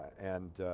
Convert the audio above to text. and